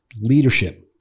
leadership